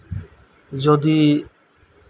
ᱡᱩᱫᱤ